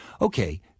Okay